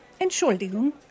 Entschuldigung